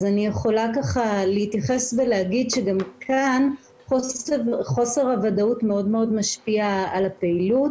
אני יכולה להתייחס ולהגיד שגם כאן חוסר הוודאות מאוד משפיע על הפעילות